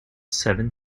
seven